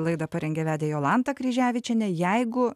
laidą parengė vedė jolanta kryževičienė jeigu